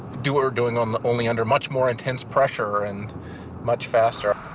do what we're doing um only under much more intense pressure and much faster.